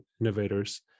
innovators